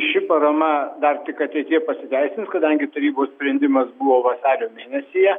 ši parama dar tik ateityje pasiteisins kadangi tarybos sprendimas buvo vasario mėnesyje